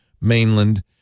mainland